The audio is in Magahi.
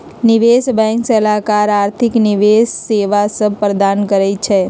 निवेश बैंक सलाहकार आर्थिक निवेश सेवा सभ प्रदान करइ छै